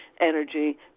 energy